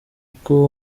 uko